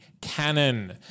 canon